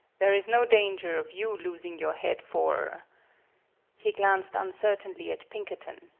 there is no danger of you losing your head for he glanced uncertainly at pinkerton,